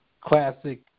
classic